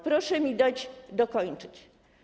Proszę mi dać dokończyć.